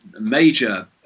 major